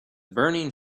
burning